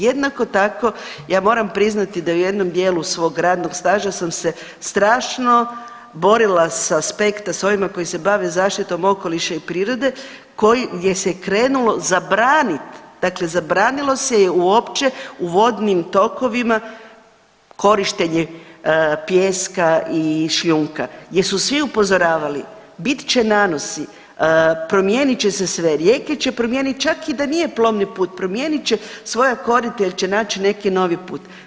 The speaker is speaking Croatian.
Jednako tako ja moram priznati da u jednom dijelu svog radnog staža sam se strašno borila s aspekta s ovima koji se bave zaštitom okoliša i prirode koji gdje se krenulo zabranit, dakle zabranilo se uopće u vodnim tokovima korištenje pijeska i šljunka jer su svi upozoravali bit će nanosi, promijenit će se sve, rijeke će promijenit čak i da nije plovni put, promijenit će svoja korita ili će naći neki novi put.